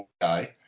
guy